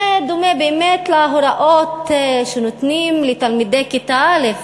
זה דומה באמת להוראות שנותנים לתלמידי כיתה א'.